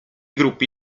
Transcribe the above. gruppi